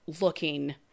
looking